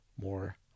more